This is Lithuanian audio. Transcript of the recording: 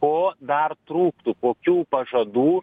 ko dar trūktų kokių pažadų